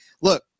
look